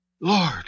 Lord